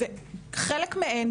חלק מהן,